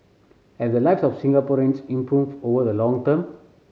have the lives of Singaporeans improved over the long term